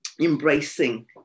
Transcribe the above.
embracing